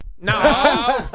no